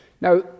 Now